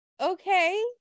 okay